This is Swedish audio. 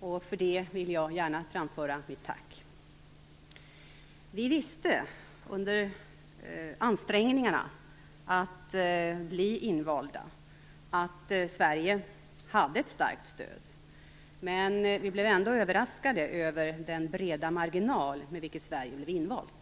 och för detta vill jag framföra mitt tack. Vi visste att Sverige hade ett starkt stöd, men vi blev ändå överraskade över den breda marginal med vilken vi blev invalda.